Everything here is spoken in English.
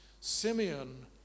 Simeon